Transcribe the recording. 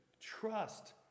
trust